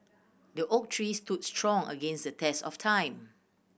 the oak tree stood strong against the test of time